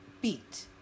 beat